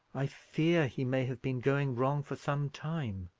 i fear he may have been going wrong for some time,